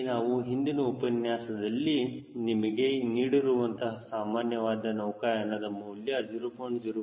ಅಲ್ಲಿ ನಾವು ಹಿಂದಿನ ಉಪನ್ಯಾಸದಲ್ಲಿ ನಿಮಗೆ ನೀಡಿರುವಂತಹ ಸಾಮಾನ್ಯವಾದ ನೌಕಾಯಾನದ ಮೌಲ್ಯ 0